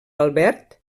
albert